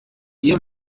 ihr